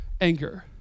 anger